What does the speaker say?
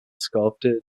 sculpted